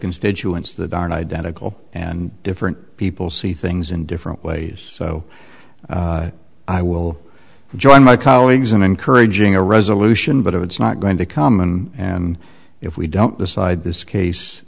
constituents that aren't identical and different people see things in different ways so i will join my colleagues in encouraging a resolution but it's not going to come and if we don't decide this case